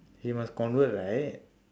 she must convert right